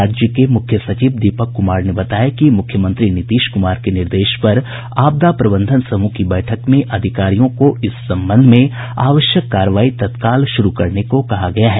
राज्य के मुख्य सचिव दीपक कुमार ने बताया कि मुख्यमंत्री नीतीश कुमार के निर्देश पर आपदा प्रबंधन समूह की बैठक में अधिकारियों को इस संबंध आवश्यक कार्रवाई तत्काल शुरू करने को कहा गया है